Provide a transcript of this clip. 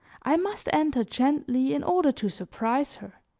i must enter gently in order to surprise her.